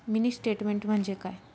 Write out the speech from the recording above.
Mini statement म्हणजे काय?